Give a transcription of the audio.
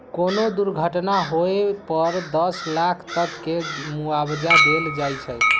कोनो दुर्घटना होए पर दस लाख तक के मुआवजा देल जाई छई